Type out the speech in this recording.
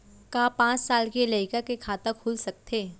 का पाँच साल के लइका के खाता खुल सकथे?